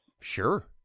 Sure